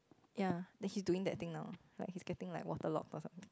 ya then he's doing that thing now like he's getting like waterlogged or something